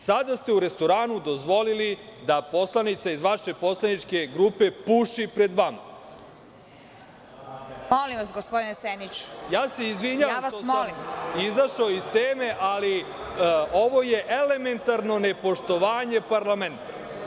Sada ste u restoranu dozvolili da poslanica iz vaše poslaničke grupe puši pred vama. (Predsedavajuća: Molim vas, gospodine Seniću.) Izvinjavam se što sam izašao iz teme, ali je ovo elementarno nepoštovanje parlamenta.